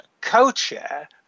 co-chair